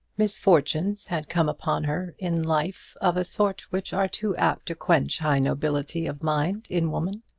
misfortunes had come upon her in life of a sort which are too apt to quench high nobility of mind in woman.